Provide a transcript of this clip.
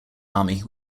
army